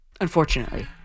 Unfortunately